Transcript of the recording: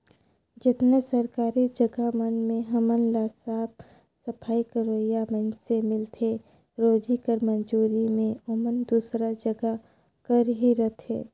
जेतना सरकारी जगहा मन में हमन ल साफ सफई करोइया मइनसे मिलथें रोजी कर मंजूरी में ओमन दूसर जगहा कर ही रहथें